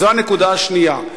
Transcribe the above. זו הנקודה השנייה,